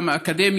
גם של האקדמיה.